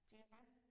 Jesus